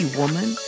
woman